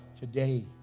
today